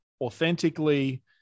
authentically